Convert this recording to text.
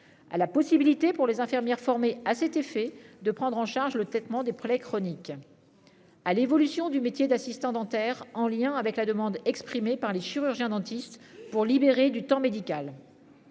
à la possibilité pour les infirmières formées à cet effet de prendre en charge le traitement des problèmes chroniques. À l'évolution du métier d'assistant dentaire en lien avec la demande exprimée par les chirurgiens dentistes pour libérer du temps médical.